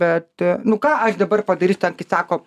bet nu ką aš dabar padarys ten kai sako